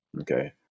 Okay